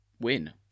win